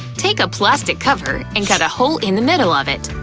take a plastic cover and cut a hole in the middle of it.